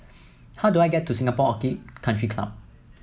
how do I get to Singapore Orchid Country Club